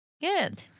Good